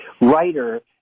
writer